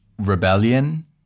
Rebellion